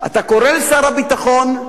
אתה קורא לשר הביטחון,